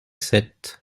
sept